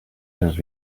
cents